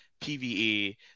pve